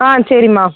ஆ சரிம்மா